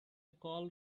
call